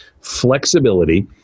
flexibility